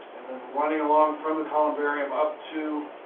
and then running along from the columbarium up to,